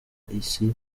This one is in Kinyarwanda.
isi